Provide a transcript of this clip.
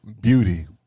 beauty